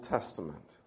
Testament